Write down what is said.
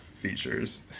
features